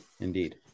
indeed